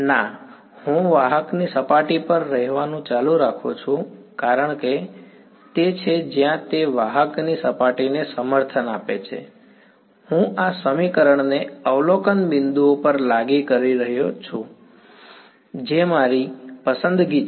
ના હું વાહકની સપાટી પર રહેવાનું ચાલુ રાખું છું કારણ કે તે છે જ્યાં તે વાહકની સપાટીને સમર્થન આપે છે હું આ સમીકરણને અવલોકન બિંદુઓ પર લાગુ કરી રહ્યો છું જે મારી પસંદગી છે